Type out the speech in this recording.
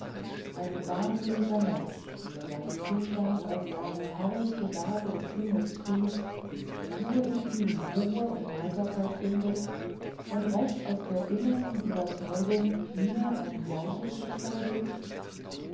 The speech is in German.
ein wahnsinniger mensch der seinen zustand als eine herrliche gabe des himmels preist nur in ihm ruhe und heiterkeit findet und recht aus der innersten überzeugung mir ein gleiches schicksal wünscht